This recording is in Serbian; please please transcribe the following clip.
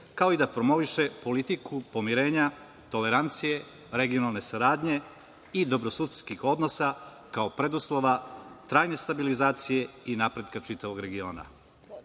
kao i da promoviše politiku pomirenja, tolerancije regionalne saradnje i dobrih susedskih odnosa kao preduslov trajne stabilizacije i napretka čitavog regiona.